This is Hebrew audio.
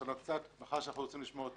לשנות את האיזון אותו אנחנו רוצים לשמור,